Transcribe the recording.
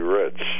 rich